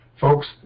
folks